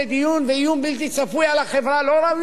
ואיום בלתי צפוי על החברה לא ראוי לדיון?